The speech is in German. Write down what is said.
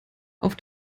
auf